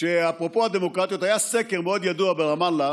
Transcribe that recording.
אפרופו הדמוקרטיות: היה סקר ידוע מאוד ברמאללה